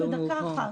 זאת דקה אחת.